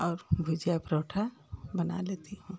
और भुजिया परांठा बना लेती हूँ